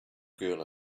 girl